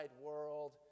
world